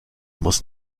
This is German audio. muss